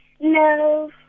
No